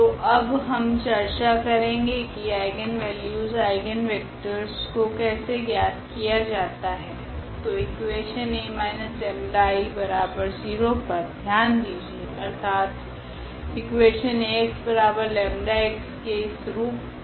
तो अब हम चर्चा करेगे की आइगनवेल्यूस आइगनवेक्टरस को कैसे ज्ञात किया जाता है तो इकुवेशन 𝐴−𝜆𝐼0 पर ध्यान दीजिए अर्थात इकुवेशन 𝐴x𝜆x के इस रूप पर